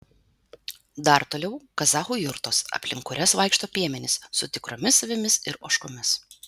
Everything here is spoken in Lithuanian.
dar toliau kazachų jurtos aplink kurias vaikšto piemenys su tikromis avimis ir ožkomis